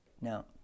Now